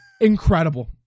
Incredible